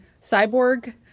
cyborg